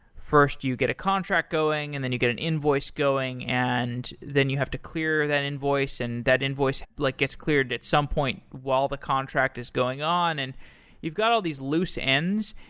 first you get a contract going, and then you get an invoice going, and then you have to clear that invoice, and that invoice like gets cleared at some point while the contract is going on. and you've got all these lose ends,